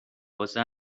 واسه